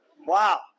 wow